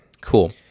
cool